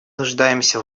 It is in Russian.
нуждаемся